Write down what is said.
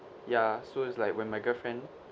ya so it's like when my girlfriend